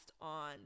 on